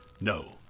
No